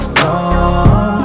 long